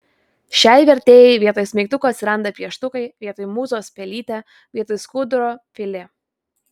šiai vertėjai vietoj smeigtukų atsiranda pieštukai vietoj mūzos pelytė vietoj skuduro filė